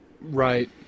Right